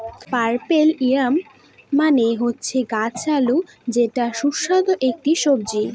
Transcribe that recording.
purple yam মানে হচ্ছে গাছ আলু যেটা সুস্বাদু একটি সবজি